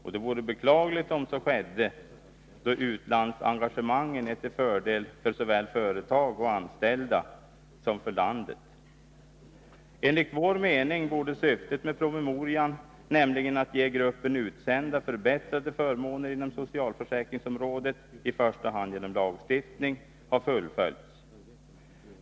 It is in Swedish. Det vore beklagligt om så skedde, då utlandsengagemangen är till fördel såväl för företag och anställda som för landet. Enligt vår mening borde syftet med promemorian — att ge gruppen utsända förbättrade förmåner inom socialförsäkringsområdet, i första hand genom lagstiftning — ha fullföljts.